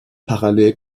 parallel